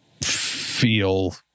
feel